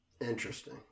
Interesting